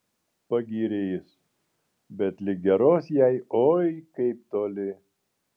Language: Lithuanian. pagyrė jis bet lig geros jai oi kaip toli